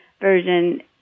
version